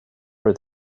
for